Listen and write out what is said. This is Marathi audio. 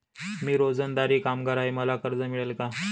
मी रोजंदारी कामगार आहे मला कर्ज मिळेल का?